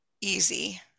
easy